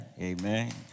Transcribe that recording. amen